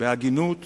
בהגינות